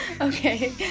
Okay